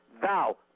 thou